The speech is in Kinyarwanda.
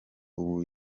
ubu